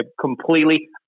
Completely